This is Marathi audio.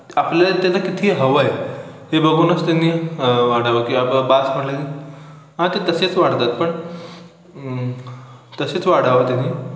आपल्याला त्याचा किती हवं आहे हे बघूनच त्यांनी वाढावं किंवा बास म्हणलं की हां ते तसेच वाढतात पण तसेच वाढावं त्यांनी